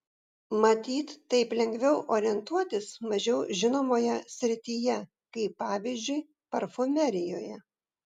matyt taip lengviau orientuotis mažiau žinomoje srityje kaip pavyzdžiui parfumerijoje